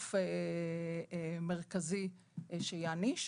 גוף מרכזי שיעניש.